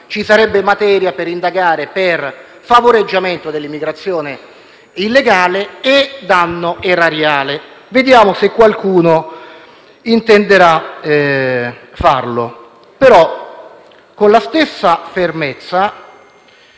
ci sarebbe materia per indagare per favoreggiamento dell'immigrazione illegale e danno erariale. Vediamo se qualcuno intenderà farlo con la stessa fermezza.